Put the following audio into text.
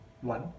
One